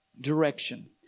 direction